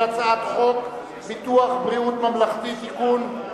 הצעת חוק ביטוח בריאות ממלכתי (תיקון,